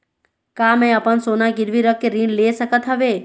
का मैं अपन सोना गिरवी रख के ऋण ले सकत हावे?